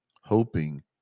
hoping